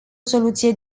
soluție